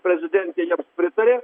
prezidentė jiems pritarė